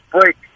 break